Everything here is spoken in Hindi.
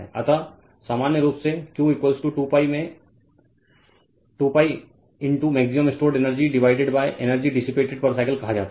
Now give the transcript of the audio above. अतः सामान्य रूप से Q 2 pi में into maximum stored energy divided energy dissipated per cycle कहा जाता है